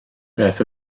beth